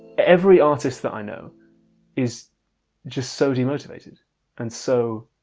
every artist that i know is just so demotivated and so